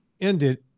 ended